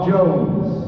Jones